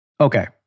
Okay